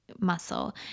muscle